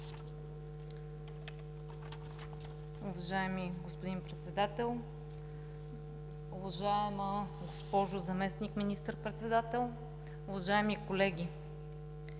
Уважаеми господин Председател, уважаема госпожо Заместник министър-председател, уважаеми колеги!